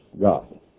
God